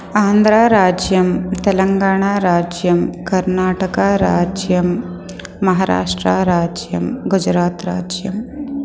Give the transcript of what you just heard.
आन्ध्रराज्यं तेलङ्गाणाराज्यं कर्नाटकराज्यं महाराष्ट्रराज्यं गुजरातराज्यम्